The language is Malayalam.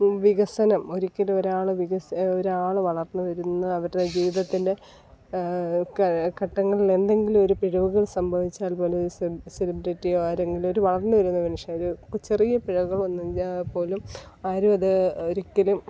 വികസനം ഒരിക്കലും ഒരാൾ വികസനം ഒരാൾ വളർന്ന് വരുന്ന അവരുടെ ജീവിതത്തിൻ്റെ ഘട്ടങ്ങളിൽ എന്തെങ്കിലൊരു പിഴവുകൾ സംഭവിച്ചാൽ പോലും ഒരു സെ സെലിബ്രിറ്റിയോ ആരെങ്കിലും ഒരു വളർന്നു വരുന്ന മനുഷ്യൻ ഒരു ചെറിയ പിഴവുകൾ വന്ന് കഴിഞ്ഞാൽ പോലും ആരും അത് ഒരിക്കലും